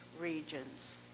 regions